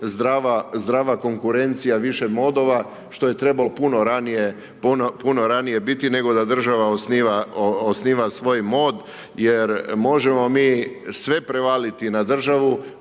zdrava konkurencija više modova, što je trebalo puno ranije biti, nego da država osniva svoj mod jer možemo mi sve prevaliti na državu,